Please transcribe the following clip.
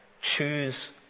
choose